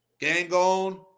Gangon